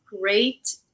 great